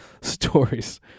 stories